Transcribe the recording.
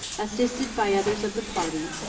assisted by others of the party,